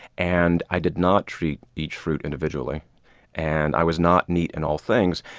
and i did not treat each fruit individually and i was not neat in all things.